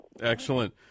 Excellent